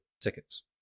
tickets